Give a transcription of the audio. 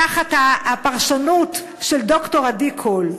תחת הפרשנות של ד"ר עדי קול.